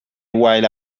while